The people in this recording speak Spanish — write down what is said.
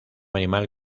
animal